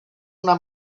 una